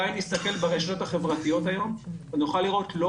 די אם נסתכל ברשתות החברתיות ונוכל לראות היום לא